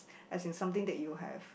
as in something that you have